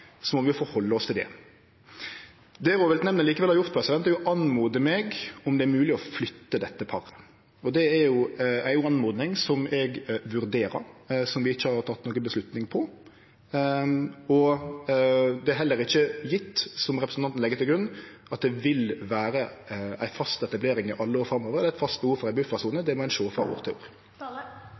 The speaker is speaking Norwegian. må vi rette oss etter det. Det rovviltnemndene likevel har gjort, er å be meg om å sjå på om det er mogeleg å flytte dette paret. Det er ei oppmoding som eg vurderer, og som vi ikkje har teke nokon avgjerd på. Det er heller ikkje gjeve, som representanten legg til grunn, at det i alle år framover vil verte eit fast behov for å etablere ei buffersone. Det må ein sjå på frå år til